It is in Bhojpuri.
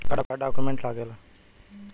का डॉक्यूमेंट लागेला?